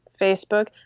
Facebook